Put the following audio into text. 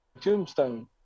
tombstone